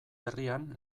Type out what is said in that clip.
herrian